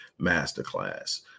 Masterclass